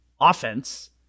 offense